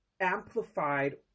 amplified